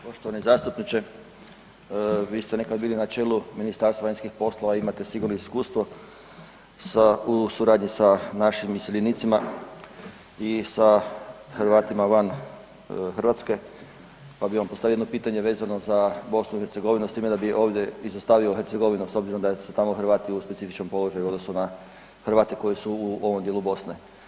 Poštovani zastupniče, vi ste nekad bili na čelu Ministarstva vanjskih poslova, imate sigurno iskustvo u suradnji sa našim iseljenicima i sa Hrvatima van Hrvatske, pa bih vam postavio jedno pitanje vezano za Bosnu i Hercegovinu s time da bi ovdje izostavio Hercegovinu s obzirom da su tamo Hrvati u specifičnom položaju u odnosu na Hrvate koji su u ovom dijelu Bosne.